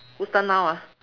whose turn now ah